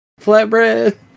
Flatbread